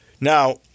Now